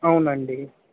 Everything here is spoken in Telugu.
అవునండి